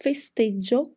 Festeggio